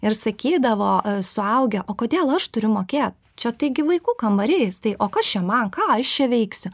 ir sakydavo suaugę o kodėl aš turiu mokėt čia taigi vaikų kambarys tai o kas čia man ką aš veiksiu